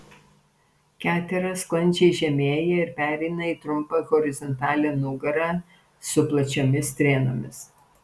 ketera sklandžiai žemėja ir pereina į trumpą horizontalią nugarą su plačiomis strėnomis